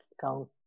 count